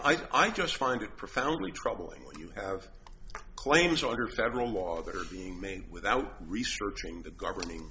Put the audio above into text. i just find it profoundly troubling when you have claims other federal law that are being made without researching the governing